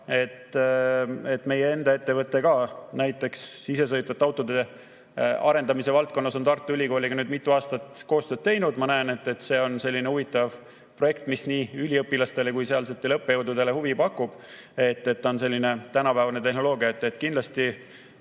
Meie enda ettevõte ka näiteks isesõitvate autode arendamise valdkonnas on Tartu Ülikooliga nüüd juba mitu aastat koostööd teinud. See on selline huvitav projekt, mis nii üliõpilastele kui ka sealsetele õppejõududele huvi pakub, sest seal on tänapäevane tehnoloogia. Kindlasti